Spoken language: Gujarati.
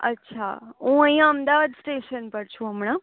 અચ્છા હું અહીંયા અમદાવાદ સ્ટેશન પર છું હમણાં